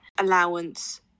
allowance